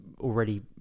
already